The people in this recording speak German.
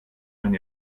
man